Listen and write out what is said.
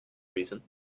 reason